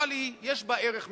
אבל יש בה ערך מסוים.